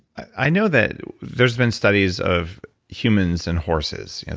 i know that there's been studies of humans and horses.